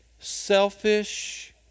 selfish